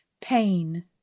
Pain